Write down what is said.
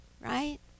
right